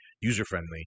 user-friendly